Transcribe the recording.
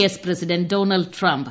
S president Donald Trump